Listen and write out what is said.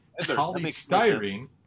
polystyrene